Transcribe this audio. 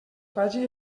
vagi